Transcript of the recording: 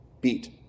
beat